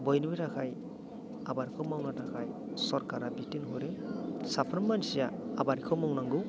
बयनिबो थाखाय आबादखौ मावनो थाखाय सरकारा बिथोन हरो साफ्रोम मानसिया आबादखौ मावनांगौ